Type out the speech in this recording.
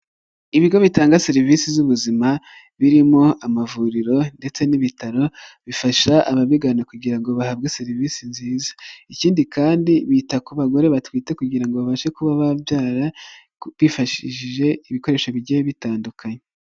Ibigo bitanga serivisi z'ubuzima ,birimo amavuriro ndetse n'ibitaro bifasha ababigana kugira ngo bahabwe serivisi nziza. Ikindi kandi bita ku bagore batwite kugira ngo babashe kuba babyara, bifashishije ibikoresho bigiye bitandukanye.